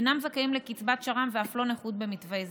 אינם זכאים לקצבת שר"מ ואף לא לקצבת נכות במתווה זה.